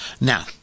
Now